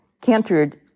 cantered